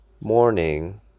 morning